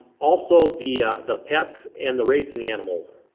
also the the pets and the racing animals.